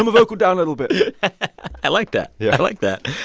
um vocal down a little bit. yeah i like that. yeah i like that.